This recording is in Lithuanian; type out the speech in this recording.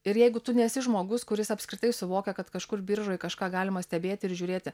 ir jeigu tu nesi žmogus kuris apskritai suvokia kad kažkur biržoje kažką galima stebėti ir žiūrėti